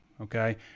Okay